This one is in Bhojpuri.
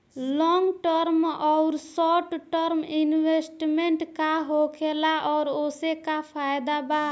लॉन्ग टर्म आउर शॉर्ट टर्म इन्वेस्टमेंट का होखेला और ओसे का फायदा बा?